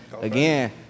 Again